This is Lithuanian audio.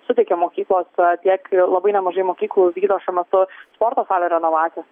suteikia mokyklos tiek labai nemažai mokyklų vykdo šiuo metu sporto salių renovacijas